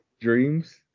dreams